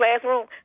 classroom